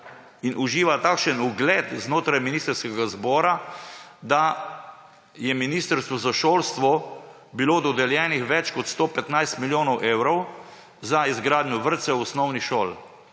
in uživa takšen ugled znotraj ministrskega zbora, da je bilo ministrstvu za šolstvo dodeljenih več kot 115 milijonov evrov za izgradnjo vrtcev, osnovnih šol!